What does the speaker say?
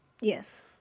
Yes